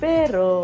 Pero